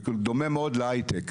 זה דומה מאוד להייטק,